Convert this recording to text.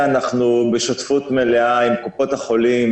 בשותפות מלאה עם קופות החולים,